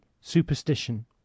superstition